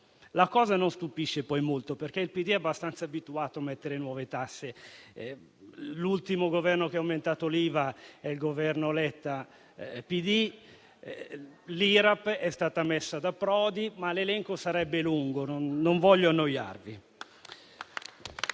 La cosa non stupisce poi molto perché il PD è abbastanza abituato a mettere nuove tasse. Ricordo che l'ultimo Governo che ha aumentato l'IVA è stato il Governo Letta, l'IRAP è stata messa da Prodi e l'elenco sarebbe lungo, ma io non voglio annoiarvi.